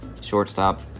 shortstop